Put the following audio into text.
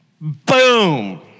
Boom